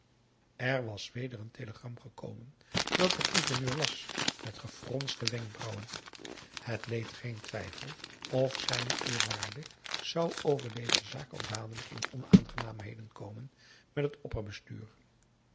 er was weder een telegram gekomen dat de gouverneur las met gefronste wenkbrauwen het leed geen twijfel of z e zou over deze zaak al dadelijk in onaangenaamheden komen met het